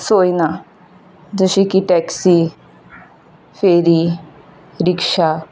सोय ना जशी की टॅक्सी फेरी रिक्षा